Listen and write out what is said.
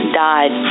died